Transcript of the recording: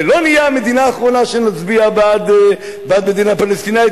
ולא נהיה המדינה האחרונה שתצביע בעד מדינה פלסטינית,